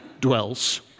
dwells